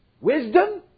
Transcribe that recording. Wisdom